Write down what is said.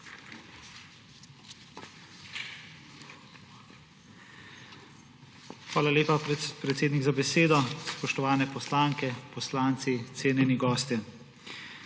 Hvala lepa, predsednik, za besedo. Spoštovane poslanke, poslanci, cenjeni gostje!